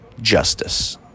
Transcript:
Justice